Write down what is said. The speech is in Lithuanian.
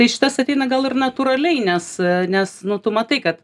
tai šitas ateina gal ir natūraliai nes nes nu tu matai kad